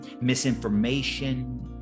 misinformation